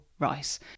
Rice